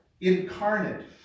incarnate